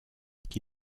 qui